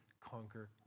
conquer